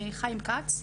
חיים כץ,